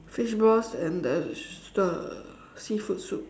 fishballs and the the seafood soup